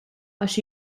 għax